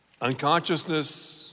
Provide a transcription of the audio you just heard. unconsciousness